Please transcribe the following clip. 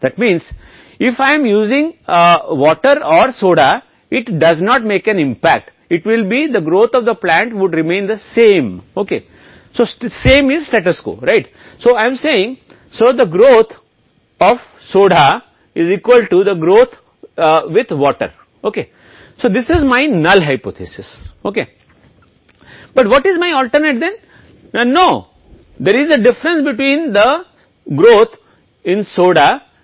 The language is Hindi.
इसलिए सोडा का विकास पानी के विकास के बराबर है मेरा शून्य परिकल्पना ओकरी है लेकिन उनके साथ मेरा वैकल्पिक कोई अंतर नहीं है सोडा में वृद्धि पानी में वृद्धि के लिए है पानी की वृद्धि हो रही है या पानी के साथ संयंत्र बेहतर होगा या सोडा नहीं